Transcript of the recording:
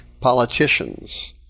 politicians